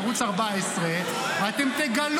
ערוץ 14 -- ערוץ 14 הם מעוננים.